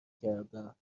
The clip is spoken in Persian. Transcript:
کردم